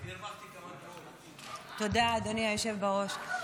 הרווחתי כמה --- תודה, אדוני היושב בראש.